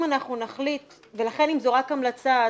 אם זו רק המלצה,